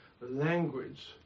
language